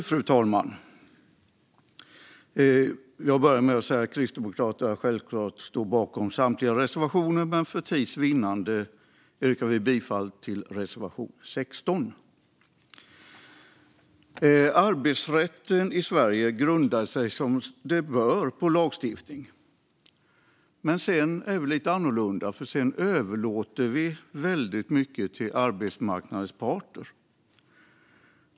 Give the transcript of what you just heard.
Fru talman! Jag börjar med att säga att Kristdemokraterna självklart står bakom samtliga sina reservationer, men för tids vinnande yrkar jag bifall endast till reservation 16. Arbetsrätten i Sverige grundar sig som sig bör på lagstiftning. Men sedan är det lite annorlunda, för vi överlåter väldigt mycket till arbetsmarknadens parter.